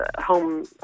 home